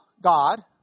God